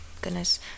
goodness